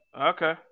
Okay